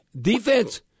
Defense